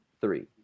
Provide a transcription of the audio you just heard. three